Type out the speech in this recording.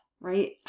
right